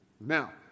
now